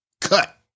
Cut